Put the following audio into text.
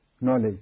knowledge